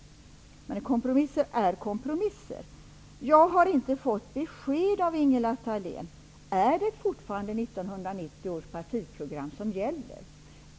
Men kompromisser är kompromisser. Jag har inte fått besked av Ingela Thalén: Är det fortfarande 1990 års partiprogram som gäller?